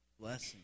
blessing